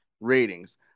ratings